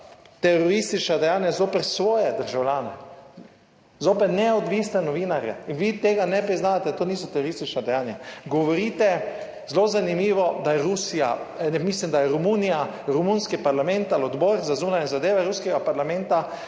teroristična dejanja zoper svoje državljane, zoper neodvisne novinarje in vi tega ne priznavate, to niso teroristična dejanja. Govorite, zelo zanimivo, da je Romunija, romunski parlament ali odbor za zunanje zadeve ruskega parlamenta,